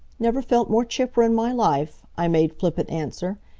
never felt more chipper in my life, i made flippant answer,